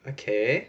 okay